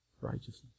righteousness